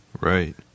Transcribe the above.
Right